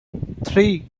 three